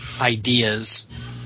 ideas